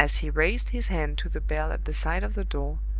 as he raised his hand to the bell at the side of the door,